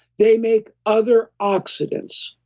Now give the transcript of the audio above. they make other oxidants.